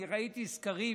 אני ראיתי סקרים,